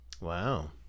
Wow